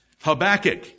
Habakkuk